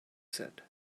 said